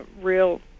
real